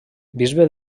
bisbe